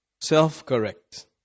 self-correct